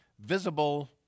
visible